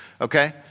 Okay